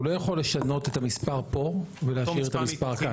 הוא לא יכול לשנות את המספר פה ולהשאיר את המספר כאן,